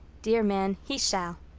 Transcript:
dear man, he shall.